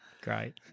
Great